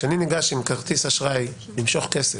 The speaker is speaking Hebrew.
כשאני ניגש עם כרטיס אשראי למשוך כסף,